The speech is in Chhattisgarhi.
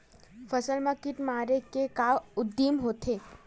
फसल मा कीट मारे के का उदिम होथे?